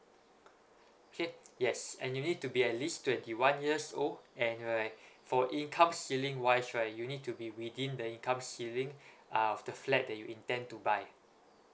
okay yes and you need to be at least twenty one years old and right for income ceiling wise right you need to be within the income ceiling uh the flat that you intend to buy